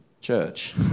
church